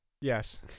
Yes